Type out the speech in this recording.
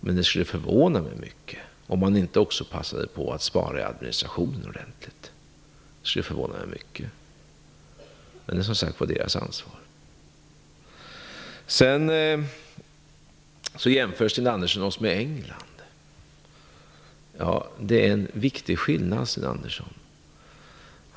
Men det skulle förvåna mig mycket om man inte också passade på att spara ordentligt i administrationen. Det sker på deras ansvar. Sedan jämför Sten Andersson Sverige med England. Det finns en viktig skillnad, Sten Andersson.